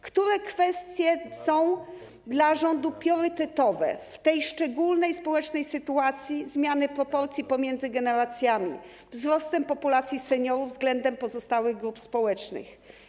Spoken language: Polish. Które kwestie są dla rządu priorytetowe w tej szczególnej społecznej sytuacji, w odniesieniu do zmiany proporcji pomiędzy generacjami, wzrostu populacji seniorów względem pozostałych grup społecznych?